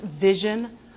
vision